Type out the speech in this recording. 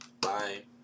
Bye